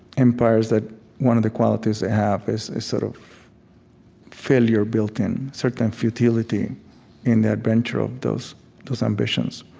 empires that one of the qualities they have is a sort of failure built in, certain and futility in the adventure of those those ambitions.